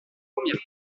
première